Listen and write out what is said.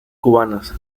cubanas